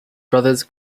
brothers